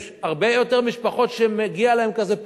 יש הרבה יותר משפחות שמגיע להן כזה פתק,